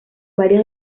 varias